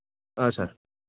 ꯑ ꯁꯥꯔ